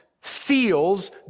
seals